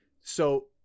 So-